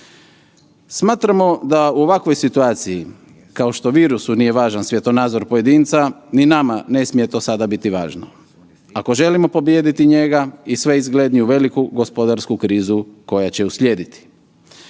Smatramo da u ovakvoj situaciju kao što virusu nije važan svjetonazor pojedinca ni nama ne smije to sada biti važno ako želimo pobijediti njega i sve izgledniju veliku gospodarsku krizu koja će uslijediti.